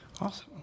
Awesome